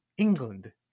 England